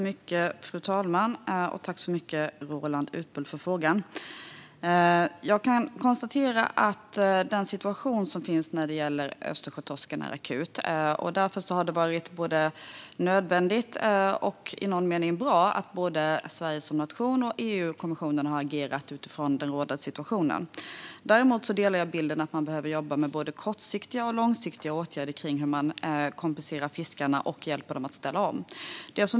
Fru talman! Tack så mycket för frågan, Roland Utbult! Jag kan konstatera att situationen för Östersjötorsken är akut. Därför har det varit nödvändigt och bra att både Sverige som nation och EU-kommissionen har agerat utifrån den rådande situationen. Jag delar dock bilden att man behöver jobba med både kort och långsiktiga åtgärder när det gäller att kompensera fiskarna och hjälpa dem att ställa om.